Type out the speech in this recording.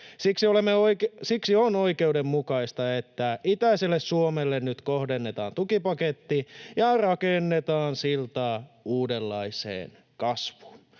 Siksi on oikeudenmukaista, että itäiselle Suomelle nyt kohdennetaan tukipaketti ja rakennetaan siltaa uudenlaiseen kasvuun.